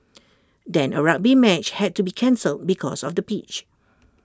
then A rugby match had to be cancelled because of the pitch